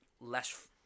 less